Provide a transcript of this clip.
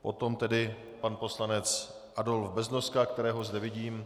Potom tedy pan poslanec Adolf Beznoska, kterého zde vidím.